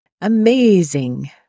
Amazing